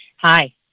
Hi